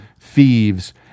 thieves